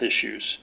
issues